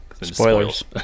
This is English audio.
Spoilers